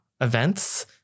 events